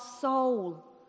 soul